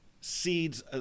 seeds